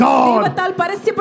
God